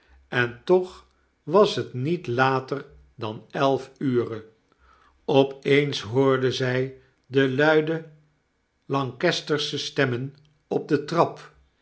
en toch was het niet later danelfure op eens hoorde zij de luide lancastersche stemmen op de trap